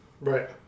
Right